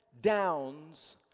downs